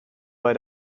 bei